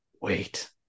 wait